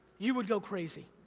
you would go crazy.